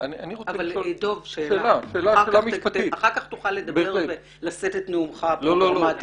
אבל, דב, שאלה, אחר כך תוכל לשאת את נאומך לאומה.